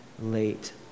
late